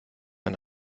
ein